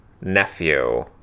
nephew